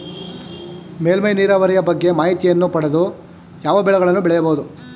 ಮೇಲ್ಮೈ ನೀರಾವರಿಯ ಬಗ್ಗೆ ಮಾಹಿತಿಯನ್ನು ಪಡೆದು ಯಾವ ಬೆಳೆಗಳನ್ನು ಬೆಳೆಯಬಹುದು?